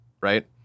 right